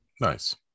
Nice